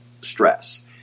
stress